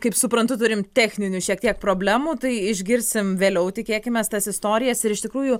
kaip suprantu turim techninių šiek tiek problemų tai išgirsim vėliau tikėkimės tas istorijas ir iš tikrųjų